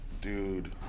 Dude